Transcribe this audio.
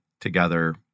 together